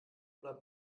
oder